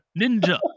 ninja